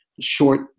short